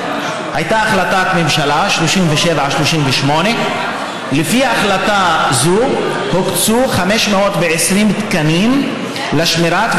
הייתה החלטת ממשלה 3738. לפי החלטה זו הוקצו 520 תקנים לשמירה על,